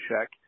check